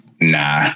nah